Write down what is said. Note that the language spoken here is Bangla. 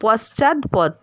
পশ্চাৎপদ